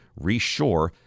reshore